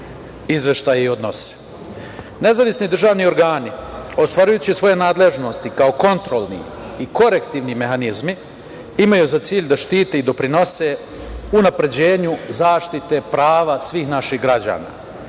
izveštaji odnose. Nezavisni državni organi, ostvarujući svoje nadležnosti kao kontrolni i korektivni mehanizmi imaju za cilj da štite i doprinose unapređenju zaštite prava svih naših građana,